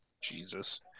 Jesus